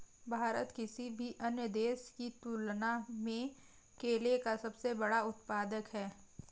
भारत किसी भी अन्य देश की तुलना में केले का सबसे बड़ा उत्पादक है